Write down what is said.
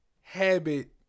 habit